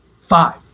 five